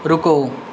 ਰੁਕੋ